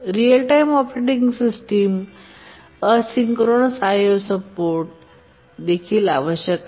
real time operating सिस्टमला asynchronous I O चे support देखील आवश्यक आहे